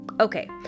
okay